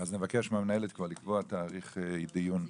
אז נבקש מהמנהלת כבר לקבוע תאריך דיון.